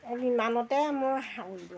এই ইমানতে মই সামৰিলোঁ